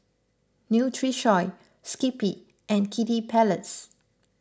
Nutrisoy Skippy and Kiddy Palace